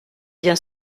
bien